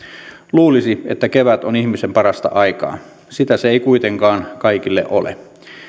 luulisi että kevät on ihmisen parasta aikaa sitä se ei kuitenkaan kaikille ole